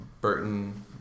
Burton